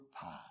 past